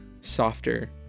softer